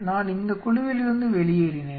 நான் இந்த குழுவிலிருந்து வெளியேறினேன்